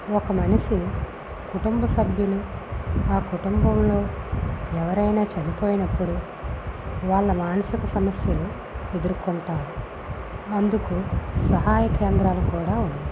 ఒక మనిషి కుటుంబ సభ్యులు ఆ కుటుంబంలో ఎవరైనా చనిపోయినప్పుడు వాళ్ళ మానసిక సమస్యలు ఎదుర్కొంటారు అందుకు సహాయ కేంద్రాలు కూడా ఉన్నాయి